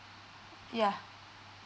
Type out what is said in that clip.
yeah